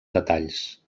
detalls